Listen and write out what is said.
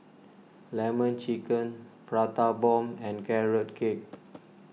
Lemon Chicken Prata Bomb and Carrot Cake